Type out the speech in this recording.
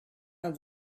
have